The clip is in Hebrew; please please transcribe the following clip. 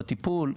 והטיפול,